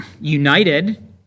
united